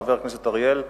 חבר הכנסת אריאל,